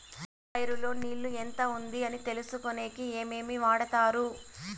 వరి పైరు లో నీళ్లు ఎంత ఉంది అని తెలుసుకునేకి ఏమేమి వాడతారు?